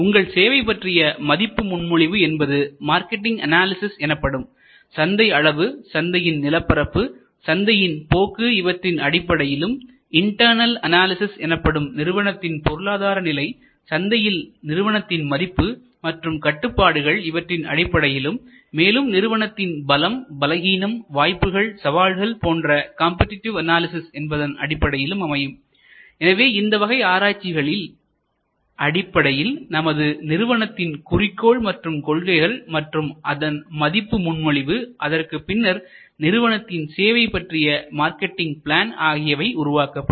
உங்கள் சேவை பற்றிய மதிப்பு முன்மொழிவு என்பது மார்க்கெட் அனாலிசிஸ் எனப்படும் சந்தை அளவு சந்தையின் நிலபரப்புசந்தைப் போக்கு இவற்றின் அடிப்படையிலும் இன்டர்ணல் அனாலிசிஸ் எனப்படும் நிறுவனத்தின் பொருளாதார நிலைசந்தையில் நிறுவனத்தின் மதிப்பு மற்றும் கட்டுப்பாடுகள் இவற்றின் அடிப்படையிலும் மேலும் நிறுவனத்தின் பலம் பலகீனம் வாய்ப்புகள் சவால்கள் போன்ற காம்படிடிவ் அனாலிசிஸ் என்பதன் அடிப்படையிலும் அமையும் எனவே இந்த வகை ஆராய்ச்சிகளின் அடிப்படையில் நமது நிறுவனத்தின் குறிக்கோள் மற்றும் கொள்கைகள் மற்றும் அதன் மதிப்பு முன்மொழிவு அதற்குப் பின்னர் நிறுவனத்தின் சேவை பற்றிய மார்க்கெட்டிங் பிளான் ஆகியவை உருவாக்கப்படும்